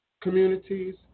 communities